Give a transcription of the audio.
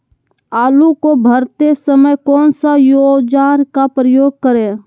आलू को भरते समय कौन सा औजार का प्रयोग करें?